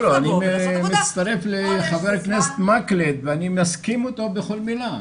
אני מצטרף לחבר הכנסת מקלב ואני מסכים איתו בכל מילה.